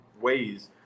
ways